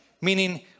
meaning